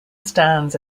stands